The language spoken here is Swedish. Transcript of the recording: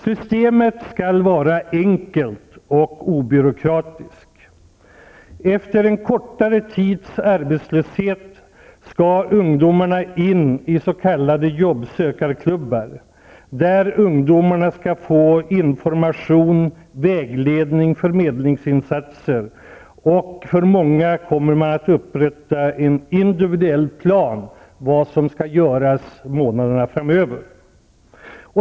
Systemet skall vara enkelt och obyråkratiskt. Efter en kortare tids arbetslöshet skall ungdomarna in i s.k. jobbsökarklubbar, där ungdomarna skall få information, vägledning och förmedlingsinsatser. För många kommer man att upprätta en individuell plan för vad som skall göras månaderna framöver.